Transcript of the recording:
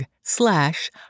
slash